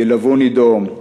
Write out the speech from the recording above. ילווני דום".